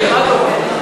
הוא נתקע במחסום של,